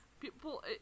People